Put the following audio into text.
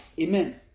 Amen